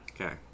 Okay